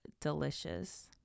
delicious